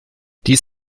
dies